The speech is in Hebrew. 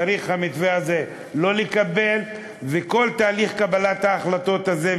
צריך לא לקבל את המתווה הזה,